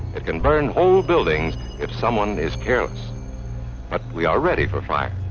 it can burn whole buildings if someone is careless but we are ready for fire.